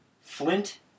Flint